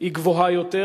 היא גבוהה יותר,